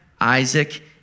Isaac